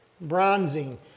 Bronzing